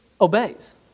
obeys